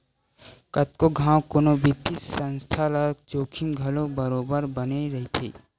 कतको घांव कोनो बित्तीय संस्था ल जोखिम घलो बरोबर बने रहिथे